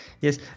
yes